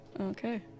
Okay